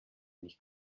nicht